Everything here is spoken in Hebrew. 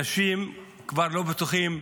אנשים כבר לא בטוחים,